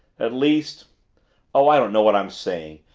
at least oh, i don't know what i'm saying!